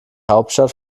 hauptstadt